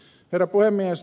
herra puhemies